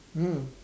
mm